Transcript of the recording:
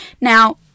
Now